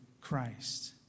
Christ